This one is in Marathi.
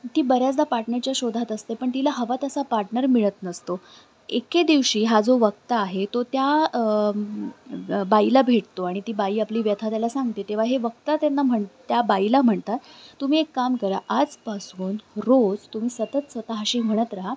ती बऱ्याचदा पार्टनरच्या शोधात असते पण तिला हवं तसा पार्टनर मिळत नसतो एके दिवशी हा जो वक्ता आहे तो त्या बाईला भेटतो आणि ती बाई आपली व्यथा त्याला सांगते तेव्हा हे वक्ता त्यांना म्हण त्या बाईला म्हणतात तुम्ही एक काम करा आजपासून रोज तुम्ही सतत स्वतःशी म्हणत राहा